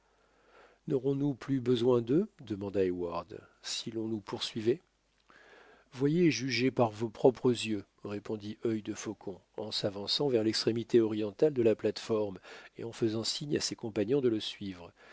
n'aurons-nous plus besoin d'eux demanda heyward si l'on nous poursuivait voyez et jugez par vos propres yeux répondit œil defaucon en s'avançant vers l'extrémité orientale de la plateforme et en faisant signe à ses compagnons de le suivre